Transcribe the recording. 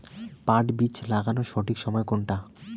পাট বীজ লাগানোর সঠিক সময় কোনটা?